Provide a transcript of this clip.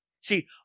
See